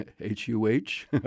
H-U-H